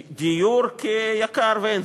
דיור כי יקר ואין,